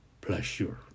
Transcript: pleasure